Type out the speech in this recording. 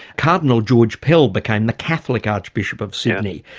cardinal george pell became the catholic archbishop of sydney.